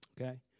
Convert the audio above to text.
okay